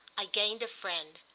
i gained a friend,